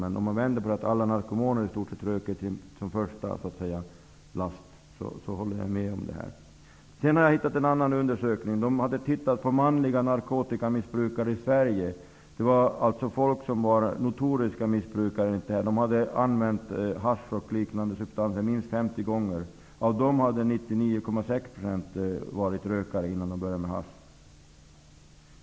Men i stort sett alla narkomaner har haft rökning som första last, vilket jag håller med om. Jag har hittat en annan undersökning där man har studerat manliga narkotikamissbrukare i Sverige, dvs. människor som var notoriska missbrukare. De hade använt hasch och liknande substanser minst 50 gånger. Av dem hade 99,6 % varit rökare innan de började med hasch.